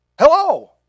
hello